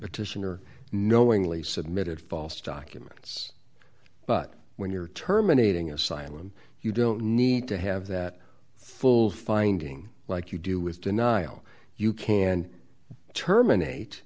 petitioner knowingly submitted false documents but when you're terminating asylum you don't need to have that full finding like you do with denial you can terminate